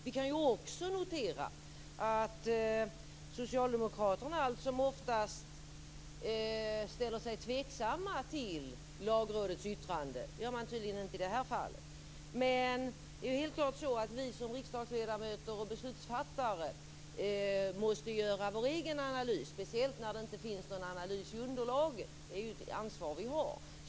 Vi kan också notera att socialdemokraterna allt som oftast ställer sig tveksamma till Lagrådets yttranden. Det gör de tydligen inte i det här fallet. Vi som riksdagsledamöter och beslutsfattare måste göra vår egen analys, speciellt när det inte finns någon analys i underlaget. Det är ett ansvar vi har.